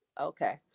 Okay